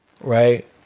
Right